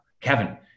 Kevin